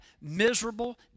miserable